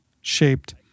shaped